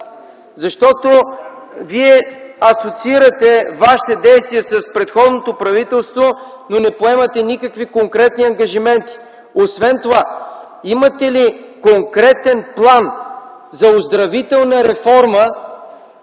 Защото Вие асоциирате вашите действия с предходното правителство, но не поемате никакви конкретни ангажименти. Освен това имате ли конкретен план за оздравителна реформа